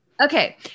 Okay